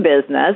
business